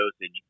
dosage